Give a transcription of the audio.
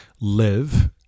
live